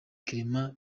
clement